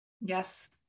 Yes